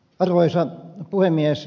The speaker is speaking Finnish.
arvoisa puhemies